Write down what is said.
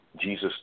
Jesus